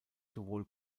sowohl